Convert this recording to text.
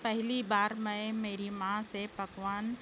پہلی بار میں میری ماں سے پکوان